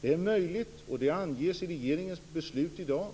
Det är möjligt, och det anges i regeringens beslut i dag,